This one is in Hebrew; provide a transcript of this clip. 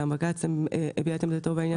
וגם בג"ץ הביע את עמדתו בעניין הזה.